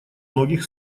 многих